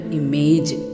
image